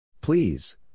Please